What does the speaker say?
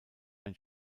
ein